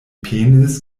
penis